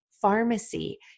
pharmacy